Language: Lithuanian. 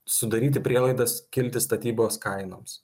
sudaryti prielaidas kilti statybos kainoms